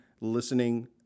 listening